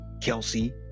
Kelsey